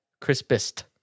crispest